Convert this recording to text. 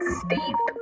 steep